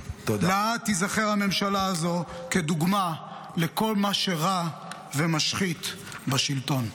לעד תיזכר הממשלה הזו כדוגמה לכל מה שרע ומשחית בשלטון.